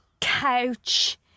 Couch